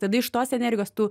tada iš tos energijos tu